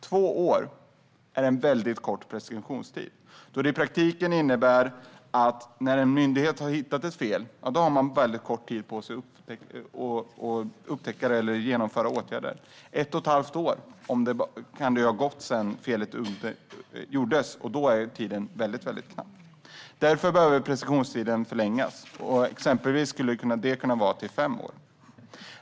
Två år är en mycket kort preskriptionstid. I praktiken innebär det att en myndighet har väldigt kort tid på sig att vidta åtgärder när den har hittat ett fel. Det kan ha gått ett och ett halvt år sedan felet begicks, och då är tiden ytterst knapp. Därför behöver preskriptionstiden förlängas, exempelvis till fem år.